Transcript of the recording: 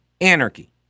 anarchy